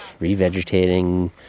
revegetating